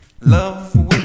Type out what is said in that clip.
love